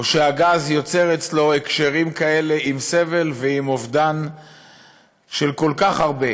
או שהגז יוצר אצלו הקשרים כאלה עם סבל ועם אובדן של כל כך הרבה